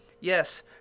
yes